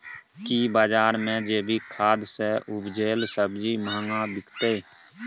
की बजार मे जैविक खाद सॅ उपजेल सब्जी महंगा बिकतै?